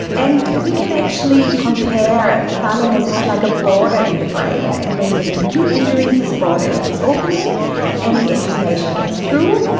and we can actually compare the thalamus, it's like a border in the brain, and when you have an acute injury this border is opening and the information gets through,